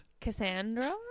Cassandra